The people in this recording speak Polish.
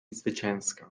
zwycięska